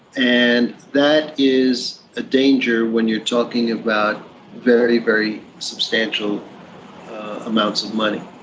and that is a danger when you're talking about very, very substantial amounts of money.